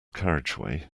carriageway